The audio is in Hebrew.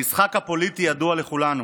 המשחק הפוליטי ידוע לכולנו: